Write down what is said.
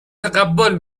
تقبل